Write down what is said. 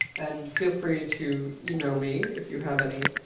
and feel free to email me if you have any.